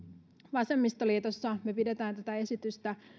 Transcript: vasemmistoliitossa me pidämme tätä esitystä